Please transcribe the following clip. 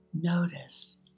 Notice